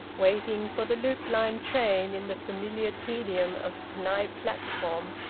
waiting for the loop-line train in the familiar tedium of knype platform,